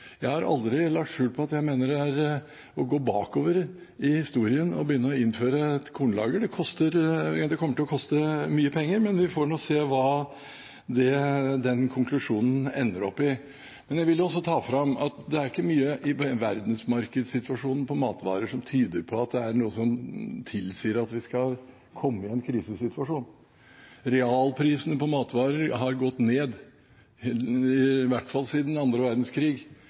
Jeg har aldri lagt skjul på at jeg mener det er å gå bakover i historien å innføre et kornlager. Det kommer til å koste mye penger. Men vi får nå se hva som blir konklusjonen. Jeg vil også holde fram at det ikke er mye i verdensmarkedssituasjonen for matvarer som tyder på at det er noe som tilsier at vi skal komme i en krisesituasjon. Realprisene på matvarer har gått ned, i hvert fall siden annen verdenskrig,